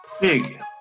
Big